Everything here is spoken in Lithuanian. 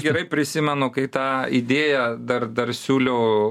gerai prisimenu kai tą idėją dar dar siūliau